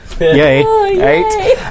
Yay